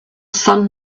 sun